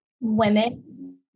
women